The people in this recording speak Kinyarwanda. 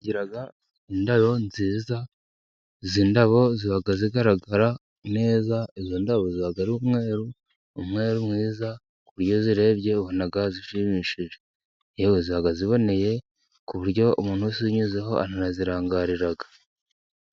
Tugira indaro nziza, izi ndabo ziba zigaragara neza, izo ndabo ziba ari umweru umweru mwiza, iyo uzirebye ubona zishimishije . Yewe ziba ziboneye ku buryo umuntu wese uzinyuzeho aranazirangarira.